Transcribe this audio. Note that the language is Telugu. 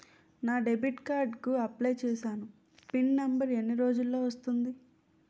నా డెబిట్ కార్డ్ కి అప్లయ్ చూసాను పిన్ నంబర్ ఎన్ని రోజుల్లో వస్తుంది?